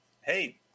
Hey